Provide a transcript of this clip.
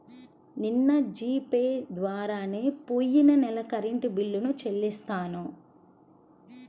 నిన్న G Pay ద్వారానే పొయ్యిన నెల కరెంట్ బిల్లుని చెల్లించాను